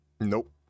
Nope